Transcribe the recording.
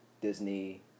Disney